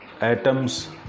atoms